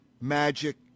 Magic